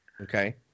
Okay